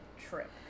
trip